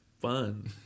fun